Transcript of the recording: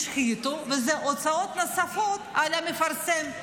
ישחיתו, וזה הוצאות נוספות על המפרסם.